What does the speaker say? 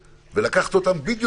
ולקחת אותם בדיוק